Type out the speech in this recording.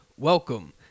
Welcome